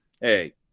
hey